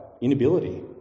inability